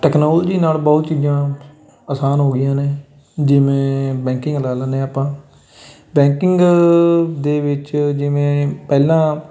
technology ਨਾਲ ਬਹੁਤ ਚੀਜ਼ਾਂ ਆਸਾਨ ਹੋ ਗਈਆਂ ਨੇ ਜਿਵੇਂ ਬੈਂਕਿੰਗ ਲਾ ਲੈਂਦੇ ਆ ਆਪਾਂ ਬੈਂਕਿੰਗ ਦੇ ਵਿੱਚ ਜਿਵੇਂ ਪਹਿਲਾਂ